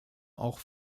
auch